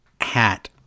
hat